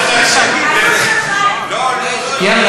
לפי,